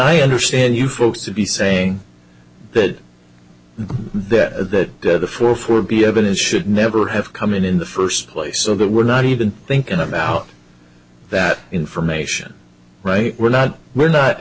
i understand you folks to be saying that that that four four be evidence should never have come in in the first place so that we're not even thinking about that information right we're not we're not